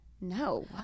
no